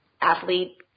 athlete